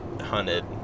hunted